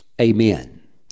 Amen